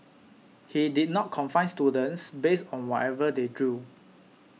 he did not confine students based on whatever they drew